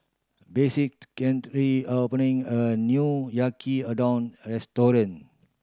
Betsey opening a new Yaki Udon Restaurant